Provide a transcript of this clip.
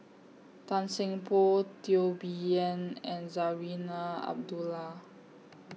Tan Seng Poh Teo Bee Yen and Zarinah Abdullah